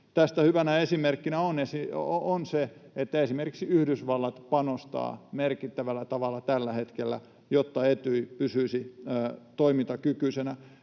Tästä hyvänä esimerkkinä on se, että esimerkiksi Yhdysvallat panostaa merkittävällä tavalla tällä hetkellä, jotta Etyj pysyisi toimintakykyisenä.